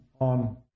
on